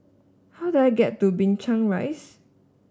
how do I get to Binchang Rise